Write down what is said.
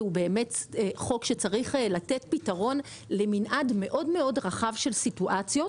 שזה חוק שצריך לתת פתרון למנעד מאוד-מאוד רחב של סיטואציות.